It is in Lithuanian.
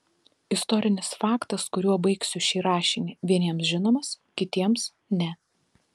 istorinis faktas kuriuo baigsiu šį rašinį vieniems žinomas kitiems ne